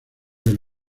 del